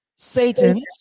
Satan